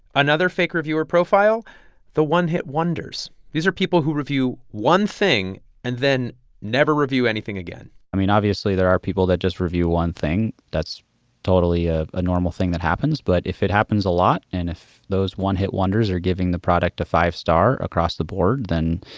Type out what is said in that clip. another fake reviewer profile the one-hit wonders. these are people who review one thing and then never review anything again i mean, obviously, there are people that just review one thing. that's totally ah a normal thing that happens. but if it happens a lot and if those one-hit wonders are giving the product a five-star across the board, then,